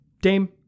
Dame